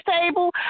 table